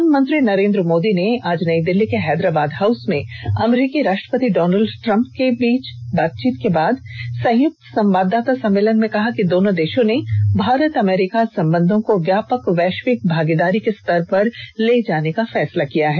प्रधानमंत्री नरेन्द्र मोदी ने आज नई दिल्ली के हैदराबाद हाउस में अमरीकी राष्ट्रपति डॉनल्ड ट्रंप के बीच बातचीत के बाद संयुक्त संवाददाता सम्मेलन में कहा कि दोनों देशों ने भारत अमरीका संबंधों को व्यापक वैश्विक भागीदारी के स्तर पर ले जाने का फैसला किया है